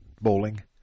bowling